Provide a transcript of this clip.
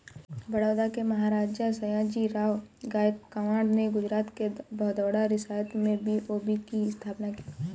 बड़ौदा के महाराजा, सयाजीराव गायकवाड़ ने गुजरात के बड़ौदा रियासत में बी.ओ.बी की स्थापना की